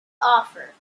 author